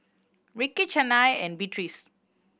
Rickey Chynna and Beatrix